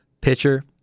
pitcher